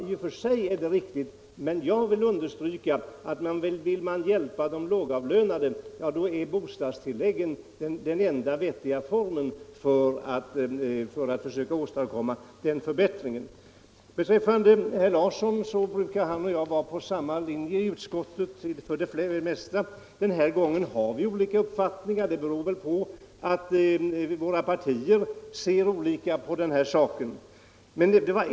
I och för sig är det riktigt, men jag vill understryka att vill man hjälpa de lågavlönade är bostadstilläggen den enda vettiga formen. Herr Larsson i Öskevik och jag är för det mesta på samma linje i utskottet, men den här gången har vi olika uppfattningar. Det beror väl på att våra partier ser olika på saken.